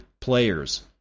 players